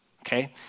Okay